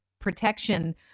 protection